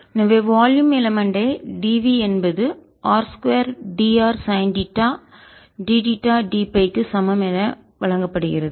எனவே volume element ஐ dv என்பது r 2drசைன் தீட்டா d θdФக்கு சமம் என வழங்கப்படுகிறது